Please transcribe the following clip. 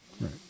right